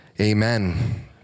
Amen